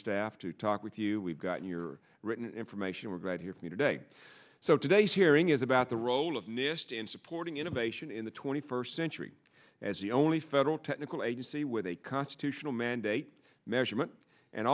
staff to talk with you we've got your written information we're great here for you today so today's hearing is about the role of nist in supporting innovation in the twenty first century as the only federal technical agency with a constitutional mandate measurement and